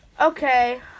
Okay